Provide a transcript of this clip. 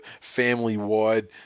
family-wide